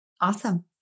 Awesome